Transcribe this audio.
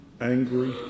angry